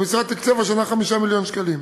המשרד תקצב השנה 5 מיליון שקלים.